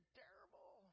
terrible